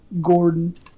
Gordon